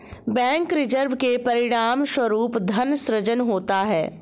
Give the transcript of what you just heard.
bank reserve के परिणामस्वरूप धन सृजन होता है